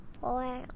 Four